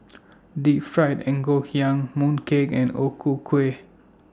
Deep Fried Ngoh Hiang Mooncake and O Ku Kueh